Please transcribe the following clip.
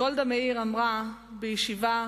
גולדה מאיר אמרה בישיבה